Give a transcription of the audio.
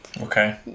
Okay